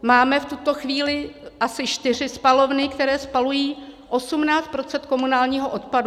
Máme v tuto chvíli asi čtyři spalovny, které spalují 18 % komunálního odpadu.